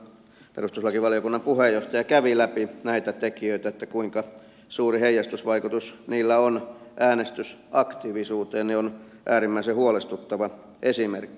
kun perustuslakivaliokunnan puheenjohtaja kävi läpi näitä tekijöitä kuinka suuri heijastusvaikutus niillä on äänestysaktiivisuuteen niin se on äärimmäisen huolestuttava esimerkki